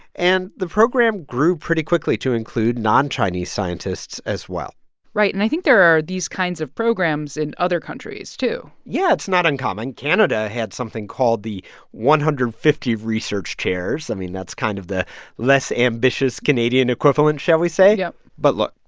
and the program grew pretty quickly to include non-chinese scientists as well right. and i think there are these kinds of programs in other countries, too yeah, it's not uncommon. canada had something called the one hundred and fifty research chairs. i mean, that's kind of the less-ambitious canadian equivalent, shall we say yeah but, look,